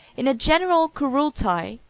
in a general couroultai,